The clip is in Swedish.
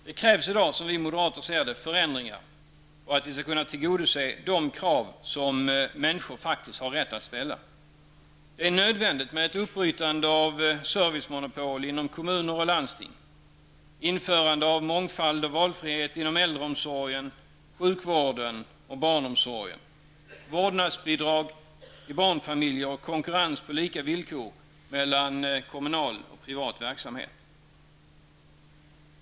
Det krävs i dag, som vi moderater ser det, förändringar för att vi skall kunna tillgodose de krav som människor faktiskt har rätt att ställa. Det är nödvändigt med ett uppbrytande av servicemonopol inom kommuner och landsting, införande av mångfald och valfrihet inom äldreomsorgen, sjukvården och barnomsorgen, vårdnadsbidrag till barnfamiljer och konkurrens på lika villkor mellan kommunal och privat verksamhet.